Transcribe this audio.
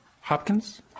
Hopkins